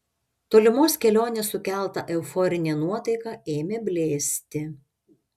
tolimos kelionės sukelta euforinė nuotaika ėmė blėsti